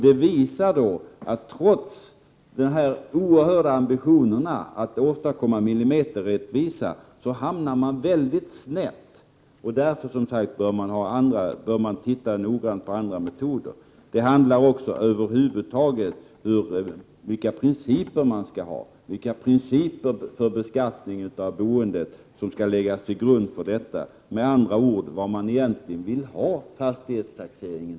Detta visar att man, trots den oerhört stora ambitionen här att åstadkomma millimeterrättvisa, hamnar väldigt snett. Därför bör man titta noggrant på andra metoder. Det handlar ju också om principerna över huvud taget, alltså om vilka principer som skall ligga till grund för beskattningen av boendet. Det handlar med andra ord om det egentliga syftet med fastighetstaxeringen.